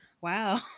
Wow